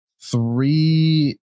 Three